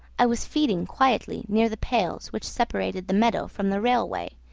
i was feeding quietly near the pales which separated the meadow from the railway,